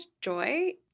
joy